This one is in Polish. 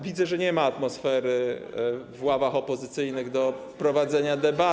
Widzę, że nie ma atmosfery w ławach opozycyjnych do prowadzenia debaty.